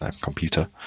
computer